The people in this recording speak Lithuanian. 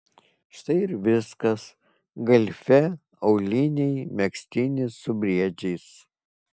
štai ir viskas galifė auliniai megztinis su briedžiais